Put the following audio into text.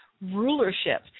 rulership